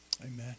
Amen